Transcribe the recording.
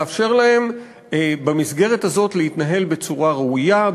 לאפשר להם במסגרת הזאת להתנהל בצורה ראויה,